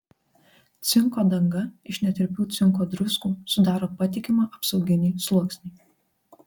cinko danga iš netirpių cinko druskų sudaro patikimą apsauginį sluoksnį